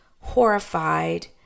horrified